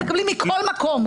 הם מקבלים מכל מקום,